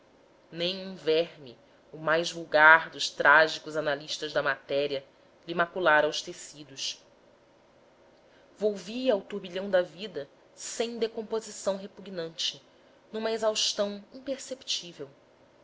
um verme o mais vulgar dos trágicos analistas da matéria lhe maculara os tecidos volvia ao turbilhão da vida sem decomposição repugnante numa exaustão imperceptível